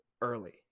early